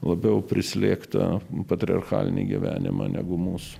labiau prislėgta patriarchalinį gyvenimą negu mūsų